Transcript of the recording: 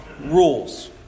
rules